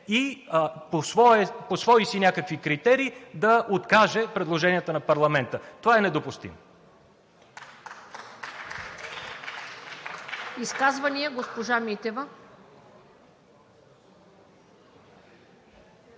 и по свои си някакви критерии да откаже предложенията на парламента. Това е недопустимо.